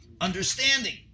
understanding